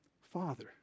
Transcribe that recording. Father